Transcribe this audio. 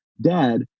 dad